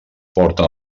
porten